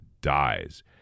dies